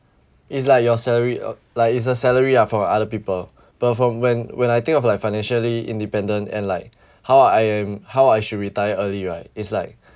it's like your salary err like it's a salary ah from other people but from when when I think of like financially independent and like how I am how I should retire early right it's like